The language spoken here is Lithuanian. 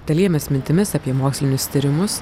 dalijamės mintimis apie mokslinius tyrimus